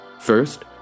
First